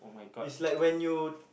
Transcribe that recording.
it's like when you